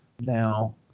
now